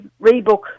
rebook